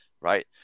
right